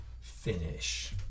finish